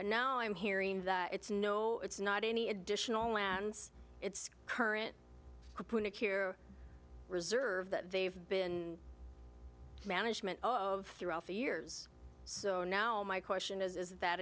and now i'm hearing that it's no it's not any additional lands it's current reserve that they've been management of throughout the years so now my question is is that